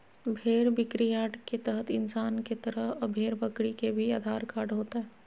भेड़ बिक्रीयार्ड के तहत इंसान के तरह अब भेड़ बकरी के भी आधार कार्ड होतय